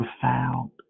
profound